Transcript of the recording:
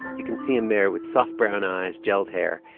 you can see him there with soft, brown eyes, gelled hair.